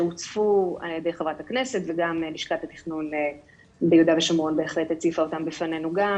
שהוצפו דרך חה"כ וגם לשכת התכנון ביו"ש בהחלט הציפה אותם בפנינו גם,